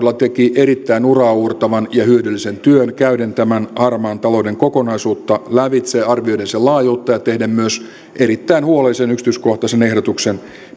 teki erittäin uraauurtavan ja hyödyllisen työn käyden tämän harmaan talouden kokonaisuutta lävitse ja arvioiden sen laajuutta ja tehden myös erittäin huolellisen ja yksityiskohtaisen ehdotuksen